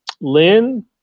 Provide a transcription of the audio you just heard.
Lynn